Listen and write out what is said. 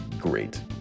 great